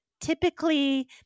typically